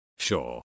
Sure